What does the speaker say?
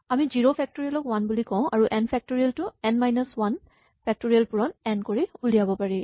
আমি zero factorial ক one বুলি কওঁ আৰু এন ফেক্টৰিয়েল টো এন মাইনাচ ৱান ফেক্টৰিয়েল পূৰণ এন কৰি ওলিয়াব পাৰি